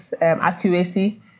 accuracy